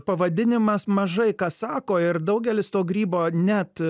pavadinimas mažai ką sako ir daugelis to grybo net